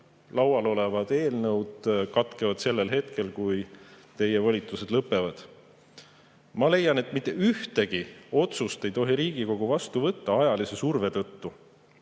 laual olevate eelnõude [menetlus] katkeb sellel hetkel, kui teie volitused lõpevad. Ma leian, et mitte ühtegi otsust ei tohi Riigikogu vastu võtta ajalise surve tõttu.